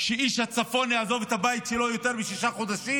שאיש הצפון יעזוב את הבית שלו ליותר משישה חודשים,